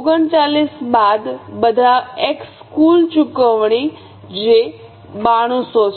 39 બાદ બધા x કુલ ચૂકવણી જે 9200 છે